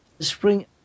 spring